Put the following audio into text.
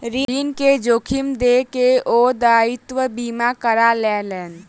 ऋण के जोखिम देख के ओ दायित्व बीमा करा लेलैन